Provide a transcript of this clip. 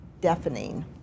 deafening